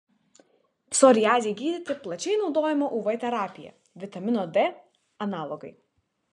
psoriazei gydyti plačiai naudojama uv terapija vitamino d analogai